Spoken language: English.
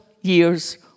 years